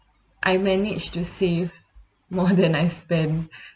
I managed to save more than I spend